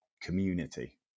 community